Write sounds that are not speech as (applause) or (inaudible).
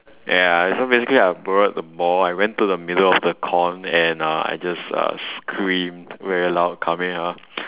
ya so basically I borrowed the ball I went to the middle of the con and uh I just uh screamed very loud kameha (noise)